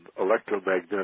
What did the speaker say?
electromagnetic